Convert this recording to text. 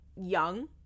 young